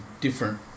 different